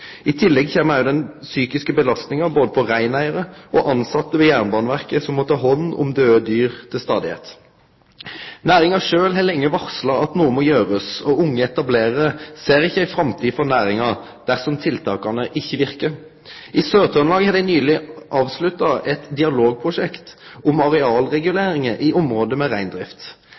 I tillegg kjem òg den psykiske belastninga både på reineigarar og tilsette ved Jernbaneverket, som må ta hand om døde dyr til stadigheit. Næringa sjølv har lenge varsla at noko må gjerast, og unge etablerarar ser ikkje ei framtid for næringa dersom tiltaka ikkje verkar. I Sør-Trøndelag har dei nyleg avslutta eit dialogprosjekt om arealreguleringar i område med reindrift.